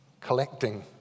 collecting